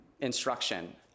instruction